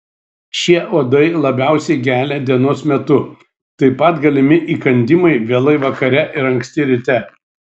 šie uodai labiausiai gelia dienos metu taip pat galimi įkandimai vėlai vakare ir anksti ryte